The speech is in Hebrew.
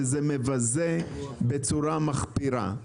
וזה מבזה בצורה מחפירה.